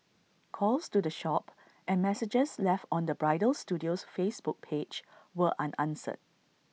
calls to the shop and messages left on the bridal studio's Facebook page were unanswered